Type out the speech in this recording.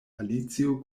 alicio